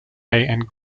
and